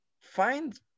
find